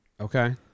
Okay